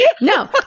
No